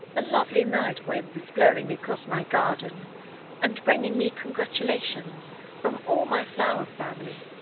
a lovely night wind is blowing across my garden and bringing me congratulations from all my flower family.